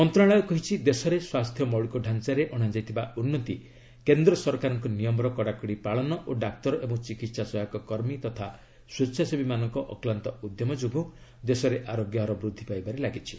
ମନ୍ତ୍ରଣାଳୟ କହିଛି ଦେଶରେ ସ୍ୱାସ୍ଥ୍ୟ ମୌଳିକ ଢାଞ୍ଚାରେ ଅଣାଯାଇଥିବା ଉନ୍ନତି କେନ୍ଦ୍ର ସରକାରଙ୍କ ନିୟମର କଡ଼ାକଡ଼ି ପାଳନ ଓ ଡାକ୍ତର ଏବଂ ଚିକିତ୍ସା ସହାୟକ କର୍ମୀ ତଥା ସ୍ପେଚ୍ଛାସେବୀମାନଙ୍କ ଅକ୍ଲାନ୍ତ ଉଦ୍ୟମ ଯୋଗୁଁ ଦେଶରେ ଆରୋଗ୍ୟ ହାର ବୃଦ୍ଧି ପାଇବାରେ ଲାଗିଛି